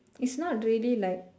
it's not really like